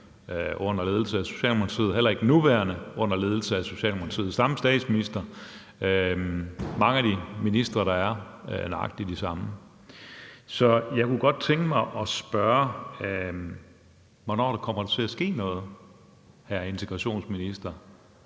under ledelse af Socialdemokratiet eller fra den nuværende under ledelse af Socialdemokratiet og den samme statsminister. Mange af de ministre, der er der, er nøjagtig de samme. Så jeg kunne godt tænke mig at spørge, hvornår der kommer til at ske noget, hr. integrationsminister.